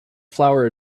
flower